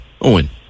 Owen